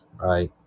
right